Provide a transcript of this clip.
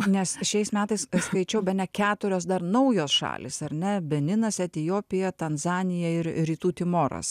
nes šiais metais perskaičiau bene keturios dar naujos šalys ar ne beninas etiopija tanzanija ir rytų timoras